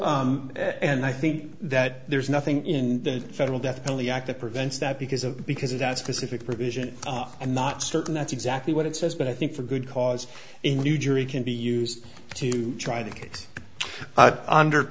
and i think that there's nothing in the federal death penalty act that prevents that because of because of that specific provision i'm not certain that's exactly what it says but i think for good cause in new jersey can be used to try to get under